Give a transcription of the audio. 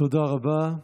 תודה רבה.